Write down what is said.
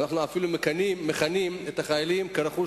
ואנחנו אפילו מכנים את החיילים "רכוש